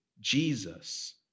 Jesus